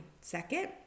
second